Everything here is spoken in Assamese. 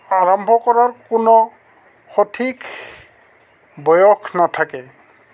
আৰম্ভ কৰাৰ কোনো সঠিক বয়স নাথাকে